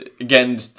Again